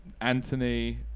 Anthony